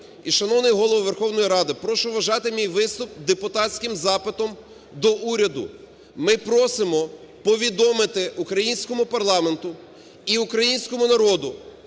і шановний Голово Верховної Ради, прошу вважати мій виступ депутатським запитом до уряду. Ми просимо повідомити українському парламенту і українському народу,